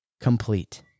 complete